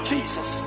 Jesus